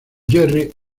jerry